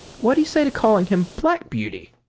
what do you say to calling him black beauty?